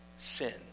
sin